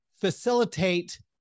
facilitate